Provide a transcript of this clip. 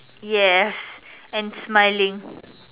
yes and smiling